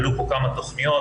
עלו פה כמה תכניות,